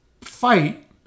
fight